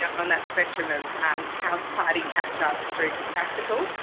on that spectrum of house party catch ups through to practical,